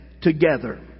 together